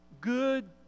good